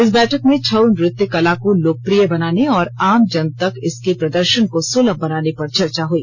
इस बैठक में छऊ नृत्य कला को लोकप्रिय बनाने और आमजन तक इसके प्रदर्षन को सुलभ बनाने पर चर्चा हुई